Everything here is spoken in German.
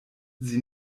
sie